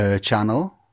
channel